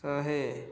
ଶହେ